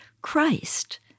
Christ